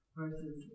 versus